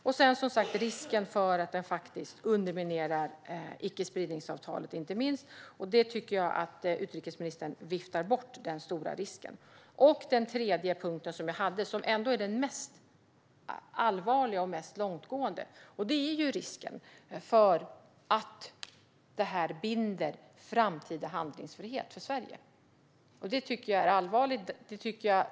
Sedan finns som sagt risken att konventionen underminerar icke-spridningsavtalet. Den stora risken tycker jag att utrikesministern viftar bort. Den sista punkten som jag hade, som är den allvarligaste och mest långtgående, är risken för att det här binder framtida handlingsfrihet för Sverige. Det tycker jag är allvarligt.